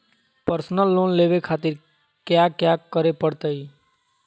Personal loan लेवे खातिर कया क्या करे पड़तइ?